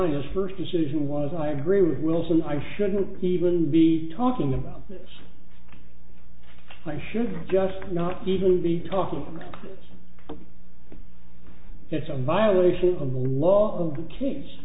nine his first decision was i agree with wilson i shouldn't even be talking about this i should just not even be talking it's a violation of the law of